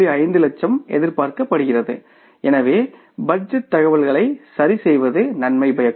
5 லட்சம் எதிர்பார்க்கப்படுகிறது எனவே பட்ஜெட் தகவல்களை சரிசெய்வது நன்மை பயக்கும்